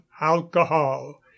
alcohol